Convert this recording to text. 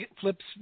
Flip's